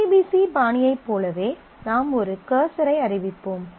ODBC பாணியைப் போலவே நாம் ஒரு கர்சரை அறிவிப்போம்